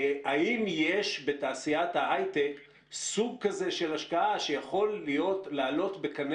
האם יש בתעשיית ההיי-טק סוג כזה של השקעה שיכול להעלות בקנה